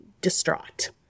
distraught